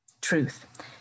Truth